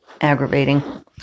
aggravating